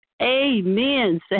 amen